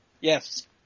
Yes